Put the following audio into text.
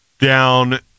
down